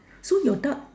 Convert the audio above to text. so your duck